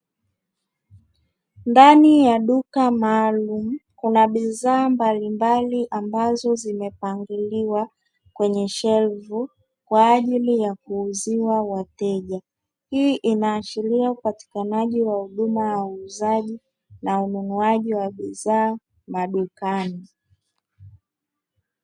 Ndani ya duka maalumu kuna bidhaa mbalimbali ambazo zimepangiliwa kwenye shelfu kwa ajili ya kuwazuia wateja, hii inaashiria upatikanaji wa huduma ya uuzaji na ununuaji wa bidhaa madukani.